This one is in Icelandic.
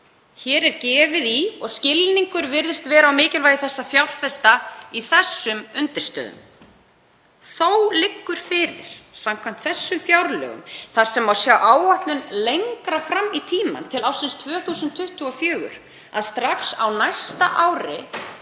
Hér er gefið í og skilningur virðist vera á mikilvægi þess að fjárfesta í þeim undirstöðum. Þó liggur fyrir, samkvæmt þessum fjárlögum þar sem má sjá áætlun lengra fram í tímann, til ársins 2024, að strax á næsta ári